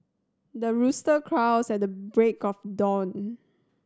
the rooster crows at the break of dawn